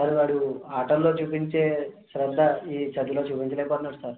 sir వాడు ఆటల్లో చూపించే శ్రద్ద ఈ చదువులో చూపించలేకపోతున్నాడు సార్